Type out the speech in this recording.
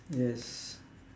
yes